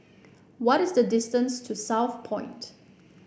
what is the distance to Southpoint